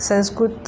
संस्कृतं